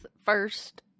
First